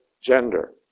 gender